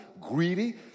greedy